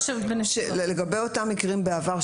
לגבי אותם מקרים בעבר,